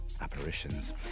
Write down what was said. apparitions